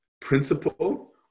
principle